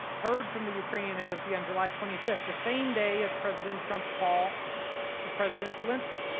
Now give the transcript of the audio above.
heard from the ukrainian embassy on july twenty five the same day as president trump call to president zelensky.